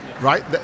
right